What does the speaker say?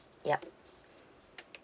yup